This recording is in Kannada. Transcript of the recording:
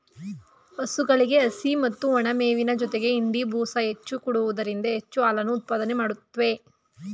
ಹಸುಗಳಿಗೆ ಹಸಿ ಮತ್ತು ಒಣಮೇವಿನ ಜೊತೆಗೆ ಹಿಂಡಿ, ಬೂಸ ಹೆಚ್ಚು ಕೊಡುವುದರಿಂದ ಹೆಚ್ಚು ಹಾಲನ್ನು ಉತ್ಪಾದನೆ ಮಾಡುತ್ವೆ